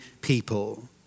people